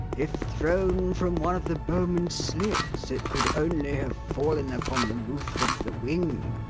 if thrown from one of the bowman's slits, it could only have fallen upon the roof of the wing,